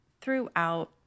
throughout